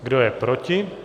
Kdo je proti?